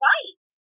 Right